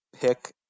pick